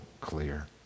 clear